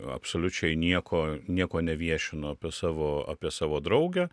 absoliučiai nieko nieko neviešinu apie savo apie savo draugę